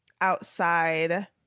outside